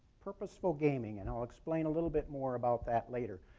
purposeful gaming, and i'll explain a little bit more about that later.